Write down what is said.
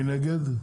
מי נגד?